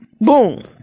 Boom